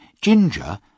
Ginger